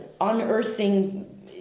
unearthing